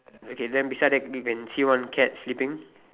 okay than beside that we can see one cat sleeping